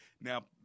Now